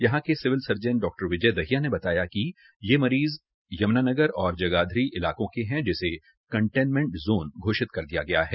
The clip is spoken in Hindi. यहां के सिविल सर्जन डॉ विजय दहिया ने बताया कि ये मरीज़ यम्नानगर और जगाधरी इलाकों के है जिसे कंटेनमेंट ज़ोन घोषित कर दिया गया है